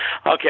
Okay